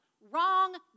wrong